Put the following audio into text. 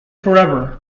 forever